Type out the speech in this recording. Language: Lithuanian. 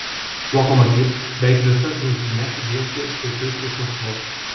lokomotiv beveik visas rungtynes vijosi svečius iš maskvos